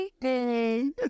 Hey